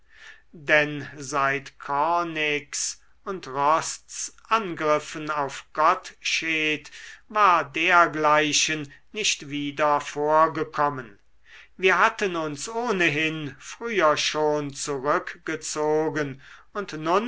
denn seit cronegks und rosts angriffen auf gottsched war dergleichen nicht wieder vorgekommen wir hatten uns ohnehin früher schon zurückgezogen und